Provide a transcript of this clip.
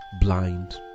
blind